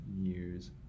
years